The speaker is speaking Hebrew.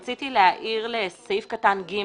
רציתי להעיר לסעיף קטן (ג),